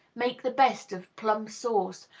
make the best of plum sauce,